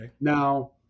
Now